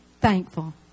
thankful